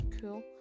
cool